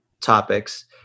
topics